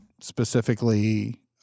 specifically